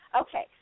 Okay